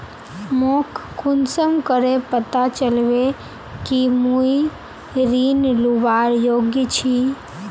मोक कुंसम करे पता चलबे कि मुई ऋण लुबार योग्य छी?